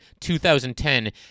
2010